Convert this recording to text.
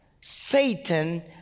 Satan